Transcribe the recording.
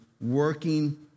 working